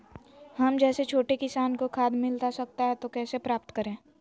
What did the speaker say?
हम जैसे छोटे किसान को खाद मिलता सकता है तो कैसे प्राप्त करें?